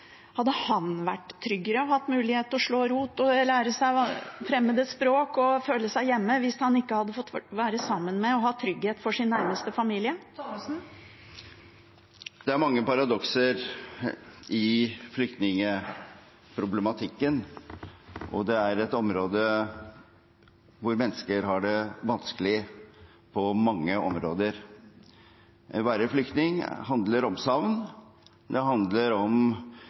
Hadde han vært tryggere, hatt mulighet til å slå rot og lære seg fremmede språk og følt seg hjemme hvis han ikke hadde fått være sammen med og hatt trygghet for sin nærmeste familie? Det er mange paradokser i flyktningproblematikken. Det er et område hvor mennesker har det vanskelig på mange områder. Å være flyktning handler om savn, det handler om